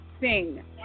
sing